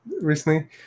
recently